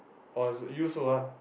you also ah